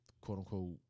quote-unquote